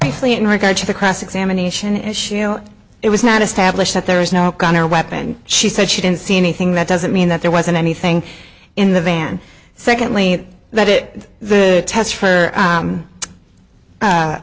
basically in regard to the cross examination and it was not established that there was no gun or weapon she said she didn't see anything that doesn't mean that there wasn't anything in the van secondly that it the test for